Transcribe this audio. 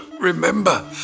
remember